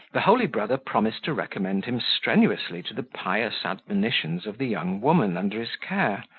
the holy brother promised to recommend him strenuously to the pious admonitions of the young woman under his care,